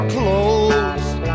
clothes